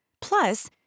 Plus